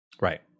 right